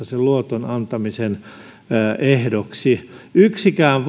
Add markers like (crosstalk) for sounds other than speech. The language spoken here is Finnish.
(unintelligible) sen luoton antamisen ehdoksi yksikään (unintelligible)